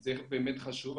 זה באמת חשוב,